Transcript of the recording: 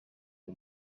the